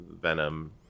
Venom